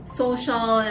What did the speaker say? social